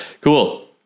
Cool